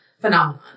phenomenon